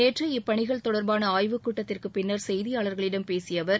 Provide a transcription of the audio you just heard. நேற்று இப்பணிகள் தொடர்பான ஆய்வுக்கூட்டத்திற்குப் பின்னர் செய்தியாளர்களிடம் பேசிய அவர்